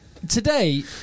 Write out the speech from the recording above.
Today